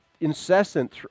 incessant